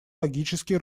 логический